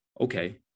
okay